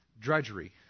drudgery